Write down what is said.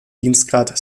dienstgrad